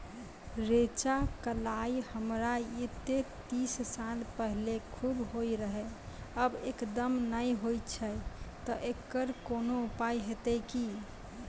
रेचा, कलाय हमरा येते तीस साल पहले खूब होय रहें, अब एकदम नैय होय छैय तऽ एकरऽ कोनो उपाय हेते कि?